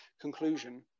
conclusion